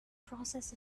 process